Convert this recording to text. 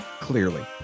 Clearly